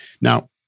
Now